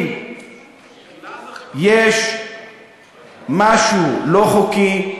אם יש משהו לא חוקי,